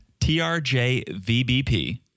TRJVBP